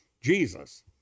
Jesus